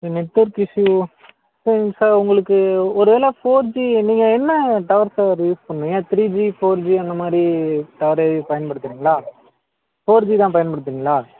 network issue சரிங்க sir உங்களுக்கு ஒரு வேலை ஃபோர் ஜி நீங்கள் என்ன டவர் சார் யூஸ் பண்ணுறீங்க த்ரீ ஜி ஃபோர் ஜி அந்த மாதிரி டவர் பயன்படுத்தறீங்களா ஃபோர் ஜி தான் பயன்படுத்தறீங்களா